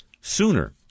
sooner